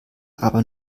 aber